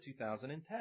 2010